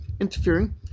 interfering